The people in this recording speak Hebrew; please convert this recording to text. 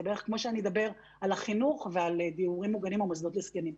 זה בערך כמו שאני אדבר על החינוך ועל דיורים מוגנים או מוסדות לזקנים.